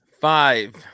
five